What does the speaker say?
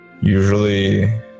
Usually